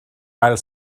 ail